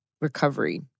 recovery